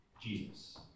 Jesus